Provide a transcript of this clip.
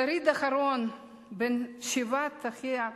שריד אחרון משבעת אחיה,